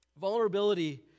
vulnerability